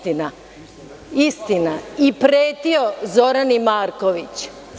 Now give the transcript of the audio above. To je istina i pretio Zorani Marković.